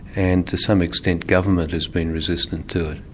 and to some extent government has been resistant to it.